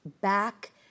back